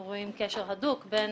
אנחנו רואים קשר הדוק בין